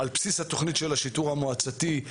על בסיס התוכנית של השיטור המועצתי,